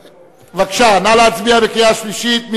בבקשה, נא להצביע בקריאה שלישית.